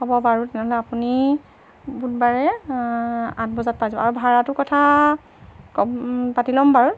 হ'ব বাৰু তেনেহ'লে আপুনি বুধবাৰে আঠ বজাত পাই যাব আৰু ভাড়াটোৰ কথা ক'ম পাতি ল'ম বাৰু